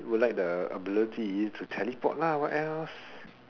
I would like the ability to teleport lah what else